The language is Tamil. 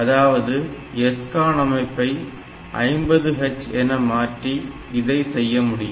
அதாவது SCON அமைப்பை 50H என மாற்றி இதை செய்ய முடியும்